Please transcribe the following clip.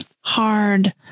hard